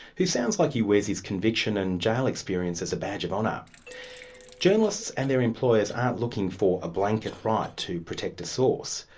he sounds like he wears his conviction and jail experience as a badge of honour. journalists and their employers aren't looking for a blanket right to protect a source.